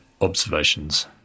observations